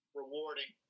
rewarding